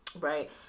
right